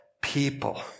people